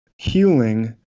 healing